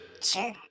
Sure